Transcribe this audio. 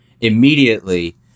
immediately